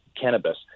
cannabis